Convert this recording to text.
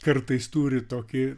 kartais turi tokį